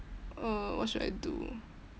err what should I do